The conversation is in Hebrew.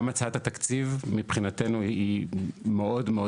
גם הצעת התקציב מבחינתנו היא מאוד מאוד